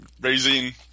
raising